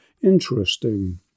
interesting